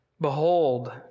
Behold